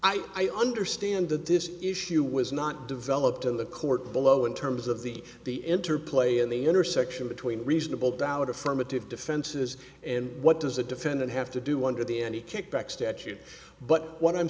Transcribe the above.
i understand that this issue was not developed in the court below in terms of the the interplay in the intersection between reasonable doubt affirmative defenses and what does the defendant have to do under the any kickback statute but what i'm